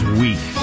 weak